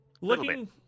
looking